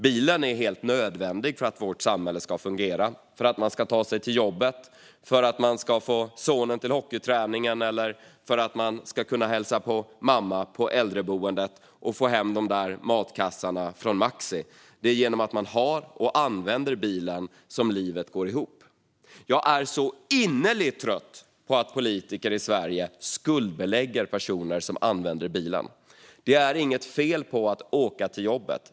Bilen är helt nödvändig för att vårt samhälle ska fungera - för att man ska ta sig till jobbet, få sonen till hockeyträningen, kunna hälsa på mamma på äldreboendet och få hem de där matkassarna från Maxi. Det är genom att man har och använder bilen som livet går ihop. Jag är så innerligt trött på att politiker i Sverige skuldbelägger personer som använder bilen. Det är inget fel i att åka till jobbet.